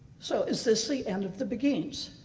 so is this the end of the beguines,